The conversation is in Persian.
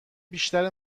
بیشتر